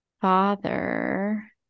Father